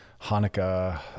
Hanukkah